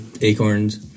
acorns